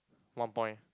one point